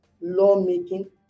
Lawmaking